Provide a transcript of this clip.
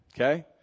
okay